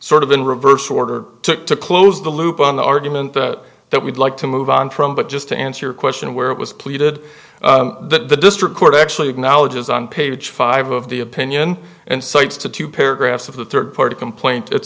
sort of in reverse order to close the loop on the argument that we'd like to move on from but just to answer your question where it was pleaded the district court actually acknowledges on page five of the opinion and cites to two paragraphs of the third party complaint it